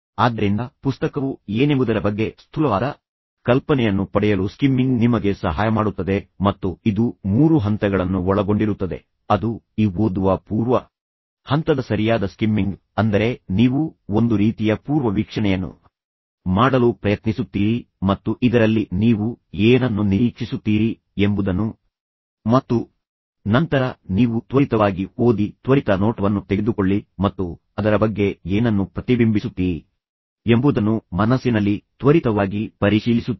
ಆದ್ದರಿಂದ ಪುಸ್ತಕವು ಏನೆಂಬುದರ ಬಗ್ಗೆ ಸ್ಥೂಲವಾದ ಕಲ್ಪನೆಯನ್ನು ಪಡೆಯಲು ಸ್ಕಿಮ್ಮಿಂಗ್ ನಿಮಗೆ ಸಹಾಯ ಮಾಡುತ್ತದೆ ಮತ್ತು ಇದು ಮೂರು ಹಂತಗಳನ್ನು ಒಳಗೊಂಡಿರುತ್ತದೆ ಅದು ಈ ಓದುವ ಪೂರ್ವ ಹಂತದ ಸರಿಯಾದ ಸ್ಕಿಮ್ಮಿಂಗ್ ಅಂದರೆ ನೀವು ಒಂದು ರೀತಿಯ ಪೂರ್ವವೀಕ್ಷಣೆಯನ್ನು ಮಾಡಲು ಪ್ರಯತ್ನಿಸುತ್ತೀರಿ ಮತ್ತು ಇದರಲ್ಲಿ ನೀವು ಏನನ್ನು ನಿರೀಕ್ಷಿಸುತ್ತೀರಿ ಎಂಬುದನ್ನು ಮತ್ತು ನಂತರ ನೀವು ತ್ವರಿತವಾಗಿ ಓದಿ ತ್ವರಿತ ನೋಟವನ್ನು ತೆಗೆದುಕೊಳ್ಳಿ ಮತ್ತು ಅದರ ಬಗ್ಗೆ ಏನನ್ನು ಪ್ರತಿಬಿಂಬಿಸುತ್ತೀರಿ ಎಂಬುದನ್ನು ಮನಸ್ಸಿನಲ್ಲಿ ತ್ವರಿತವಾಗಿ ಪರಿಶೀಲಿಸುತ್ತೀರಿ